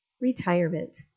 Retirement